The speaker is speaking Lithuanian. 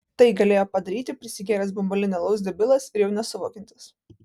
tai galėjo padaryti prisigėręs bambalinio alaus debilas ir jau nesuvokiantis